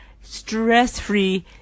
stress-free